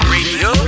Radio